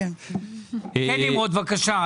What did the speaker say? כן נמרוד, בבקשה.